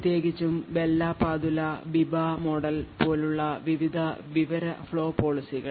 പ്രത്യേകിച്ചും Bell LaPadula Biba model പോലുള്ള വിവിധ വിവര ഫ്ലോ പോളിസികൾ